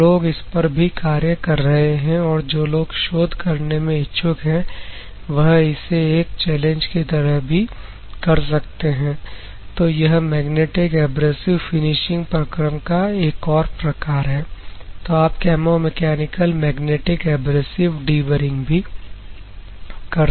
तो लोग इस पर भी कार्य कर रहे हैं और जो लोग शोध करने में इच्छुक हैं वह इस इसे एक चैलेंज की तरह भी कर सकते हैं तो यह मैग्नेटिक एब्रेसिव फिनिशिंग प्रक्रम का एक और प्रकार है तो आप कैमों मैकेनिकल मैग्नेटिक एब्रेसिव डीबरिंग भी कर सकते हैं